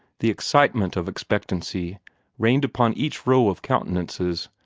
the excitement of expectancy reigned upon each row of countenances,